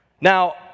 Now